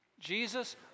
Jesus